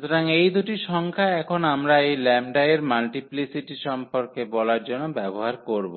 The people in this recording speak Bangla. সুতরাং এই দুটি সংখ্যা এখন আমরা এই λ এর মাল্টিপ্লিসিটি সম্পর্কে বলার জন্য ব্যবহার করব